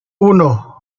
uno